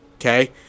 Okay